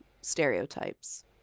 stereotypes